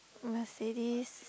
Mercedes